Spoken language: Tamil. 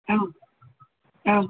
ஆ ஆ